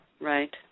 right